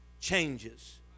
changes